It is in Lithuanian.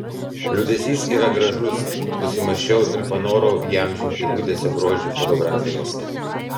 liūdesys yra gražus susimąsčiau ir panorau įamžinti liūdesio grožį fotografijose